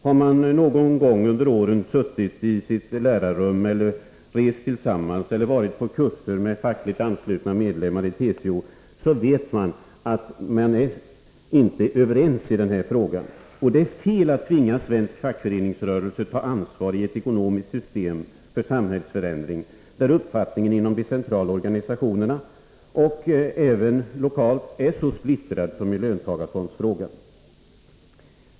Har man någon gång under åren suttit i ett lärarrum, rest tillsammans med eller varit på fackliga kurser tillsammans med TCO-anslutna lärare, så vet man att vi inte är överens i den här frågan. Det är fel att tvinga svensk fackföreningsrörelse att ta ansvar i ett ekonomiskt system för samhällsförändring, där uppfattningarna inom de centrala organisationerna och även lokalt är så splittrade som i löntagarfondsfrågan.